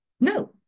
no